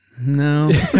No